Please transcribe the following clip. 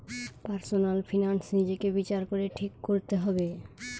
personal finance নিজেকে বিচার করে ঠিক কোরতে হবে